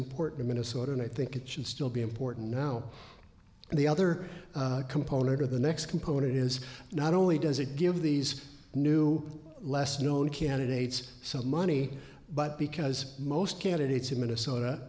important to minnesota and i think it should still be important now and the other component of the next component is not only does it give these new less known candidates some money but because most candidates in minnesota